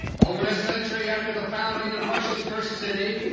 over a century after the founding of russia's first city,